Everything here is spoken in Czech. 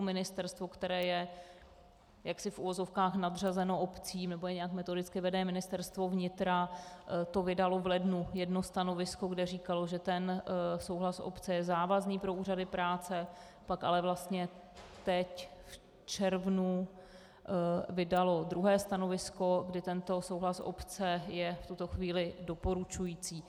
Ministerstvo, které je jaksi v uvozovkách nadřazeno obcím, nebo je nějak metodicky vede, Ministerstvo vnitra, vydalo v lednu jedno stanovisko, kde říkalo, že souhlas obce je závazný pro úřady práce, pak ale vlastně teď v červnu vydalo druhé stanovisko, kdy tento souhlas obce je v tuto chvíli doporučující.